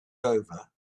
over